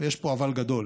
ויש פה אבל גדול,